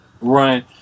right